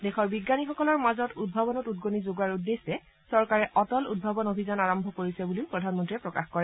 দেশৰ বিজ্ঞানীসকলৰ মাজত উদ্ভাৱনত উদগনি যোগোৱাৰ উদ্দেশ্যে চৰকাৰে অটল উদ্ভাৱন অভিযান আৰম্ভ কৰিছে বুলিও প্ৰধানমন্ত্ৰীয়ে প্ৰকাশ কৰে